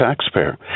taxpayer